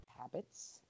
habits